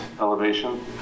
elevation